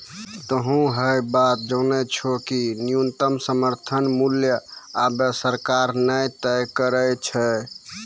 तोहों है बात जानै छौ कि न्यूनतम समर्थन मूल्य आबॅ सरकार न तय करै छै